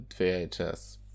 VHS